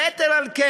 יתר על כן"